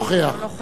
(קוראת בשמות חברי הכנסת)